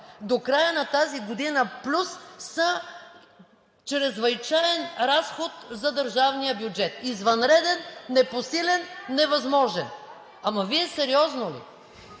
до края на тази година са чрезвичаен разход за държавния бюджет?! Извънреден, непосилен, невъзможен?! Ама Вие сериозно ли?!